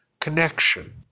connection